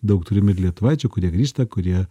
daug turim ir lietuvaičių kurie grįžta kurie